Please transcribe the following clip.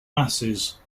masses